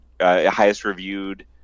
highest-reviewed